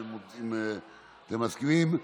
אם אתם מסכימים,